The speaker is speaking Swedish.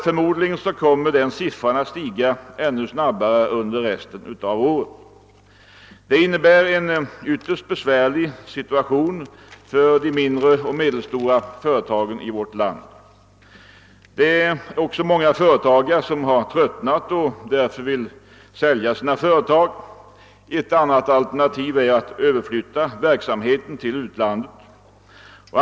Förmodligen :kommer den siffran att stiga ännu snabbare under resten av året. Det innebär en ytterst besvärlig situation för de mindre och medelstora företagen. i vårt land. Det är också många företagare som tröttnat och därför önskar sälja sina företag. Ett annat alternativ är att överflytta verksamheten till utlandet.